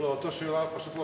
בסדר, לא, אני פשוט,